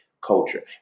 culture